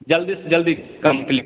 जल्दी से जल्दी कंप्लीट